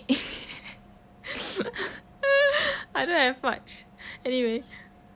I don't have much anyway